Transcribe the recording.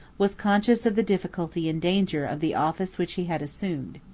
was conscious of the difficulty and danger of the office which he had assumed.